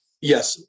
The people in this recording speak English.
Yes